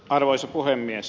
arvoisa puhemies